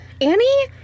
Annie